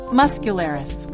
muscularis